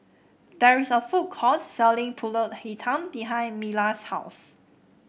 there is a food court selling pulut Hitam behind Mila's house